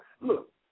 look